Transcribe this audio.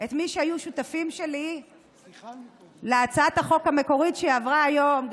את מי שהיו שותפים שלי להצעת החוק המקורית שעברה היום,